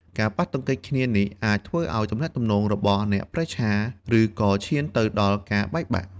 ការប៉ះទង្គិចគ្នានេះអាចធ្វើឲ្យទំនាក់ទំនងរបស់អ្នកប្រេះឆា ឬក៏ឈានទៅដល់ការបែកបាក់។